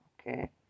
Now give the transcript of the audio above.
Okay